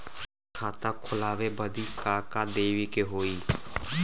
खाता खोलावे बदी का का देवे के होइ?